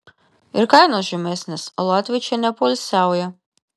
ir kainos žemesnės o latviai čia nepoilsiauja